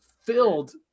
filled